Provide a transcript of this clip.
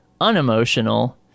unemotional